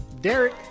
Derek